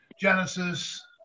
Genesis